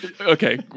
okay